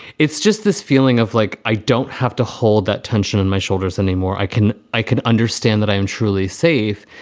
it's just this feeling of like i don't have to hold that tension in my shoulders anymore. i can i can understand that i am truly safe.